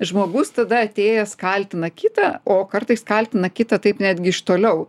žmogus tada atėjęs kaltina kitą o kartais kaltina kitą taip netgi iš toliau